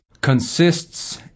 consists